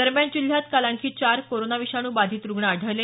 दरम्यान जिल्ह्यात काल आणखी चार कोरोना विषाणू बाधित रुग्ण आढळले